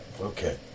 Okay